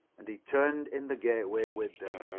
and he turned in the gateway with them.